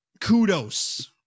kudos